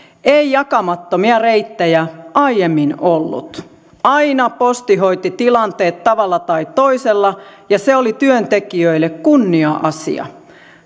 ei jakamattomia reittejä aiemmin ollut aina posti hoiti tilanteet tavalla tai toisella ja se oli työntekijöille kunnia asia